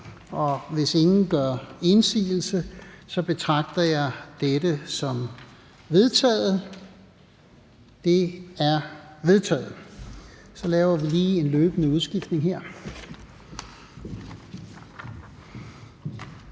Hvis ingen gør indsigelse, betragter jeg dette som vedtaget. Det er vedtaget. --- Det sidste punkt på dagsordenen er: